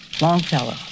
Longfellow